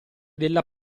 della